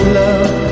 love